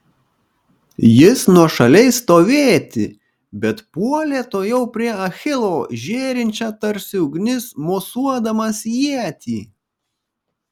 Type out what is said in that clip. jis nuošaliai stovėti bet puolė tuojau prie achilo žėrinčią tarsi ugnis mosuodamas ietį